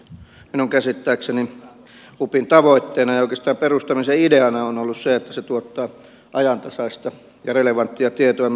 minun käsittääkseni upin tavoitteena ja oikeastaan perustamisen ideana on ollut se että se tuottaa ajantasaista ja relevanttia tietoa myöskin päättäjien käyttöön